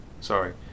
sorry